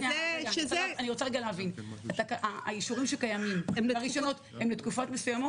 אני רוצה להבין: האישורים שקיימים והרישיונות הם לתקופות מסוימות?